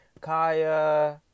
Kaya